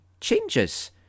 changes